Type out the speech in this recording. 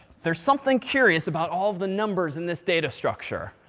there's something curious about all the numbers in this data structure.